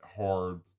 hard